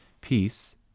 peace